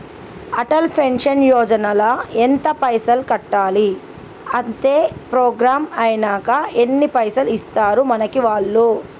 Atal pension yojana ల ఎంత పైసల్ కట్టాలి? అత్తే ప్రోగ్రాం ఐనాక ఎన్ని పైసల్ ఇస్తరు మనకి వాళ్లు?